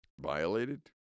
violated